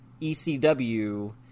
ECW